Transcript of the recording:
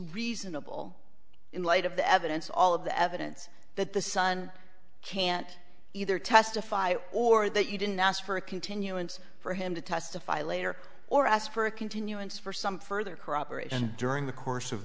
reasonable in light of the evidence all of the evidence that the sun can't either testify or that you didn't ask for a continuance for him to testify later or ask for a continuance for some further corroboration during the course of